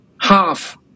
half